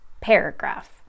paragraph